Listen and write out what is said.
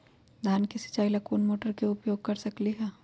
धान के सिचाई ला कोंन मोटर के उपयोग कर सकली ह?